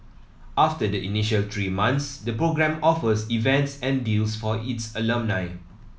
after the initial three months the program offers events and deals for its alumni